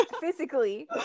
Physically